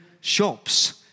shops